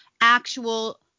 actual